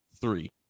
three